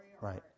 Right